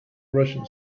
russian